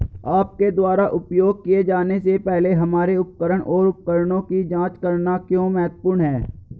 आपके द्वारा उपयोग किए जाने से पहले हमारे उपकरण और उपकरणों की जांच करना क्यों महत्वपूर्ण है?